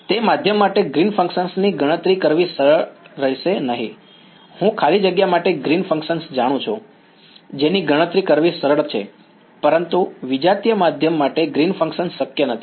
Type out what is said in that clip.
તે માધ્યમ માટે ગ્રીન્સ ફંક્શન ની ગણતરી કરવી સરળ રહેશે નહીં હું ખાલી જગ્યા માટે ગ્રીન્સ ફંક્શન જાણું છું જેની ગણતરી કરવી સરળ છે પરંતુ વિજાતીય માધ્યમ માટે ગ્રીન્સ ફંક્શન શક્ય નથી